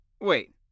Wait